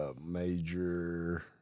Major